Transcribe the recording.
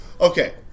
okay